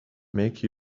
make